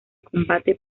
combate